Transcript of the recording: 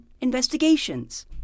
investigations